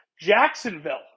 Jacksonville